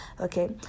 okay